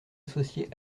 associés